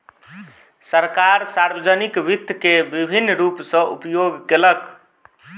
सरकार, सार्वजानिक वित्त के विभिन्न रूप सॅ उपयोग केलक